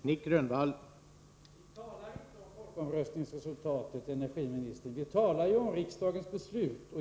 Herr talman! Vi talar inte om folkomröstningsresultatet, energiministern, vi talar om riksdagens beslut.